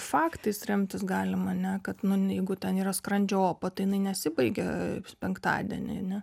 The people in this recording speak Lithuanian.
faktais remtis galim ane kad nu ne jeigu ten yra skrandžio opa tai jinai nesibaigia penktadienį